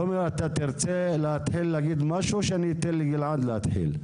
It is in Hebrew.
תומר, אתה תרצה לומר משהו או שגלעד יקריא?